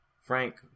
Frank